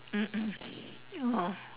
mm mm oh